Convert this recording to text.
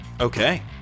Okay